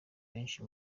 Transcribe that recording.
benshi